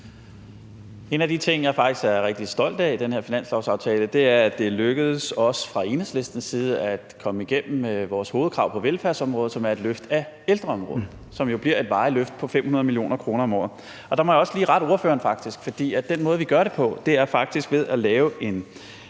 En af de ting, jeg faktisk er rigtig stolt af i den her finanslovsaftale, er, at det er lykkedes, også fra Enhedslistens side, at komme igennem med vores hovedkrav på velfærdsområdet, nemlig et løft af ældreområdet, som jo bliver et varigt løft på 500 mio. kr. om året. Og der må jeg også lige rette ordføreren, for den måde, vi gør det på, er faktisk ved at lave en